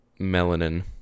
melanin